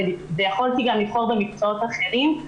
ויכולתי גם לבחור במקצועות אחרים.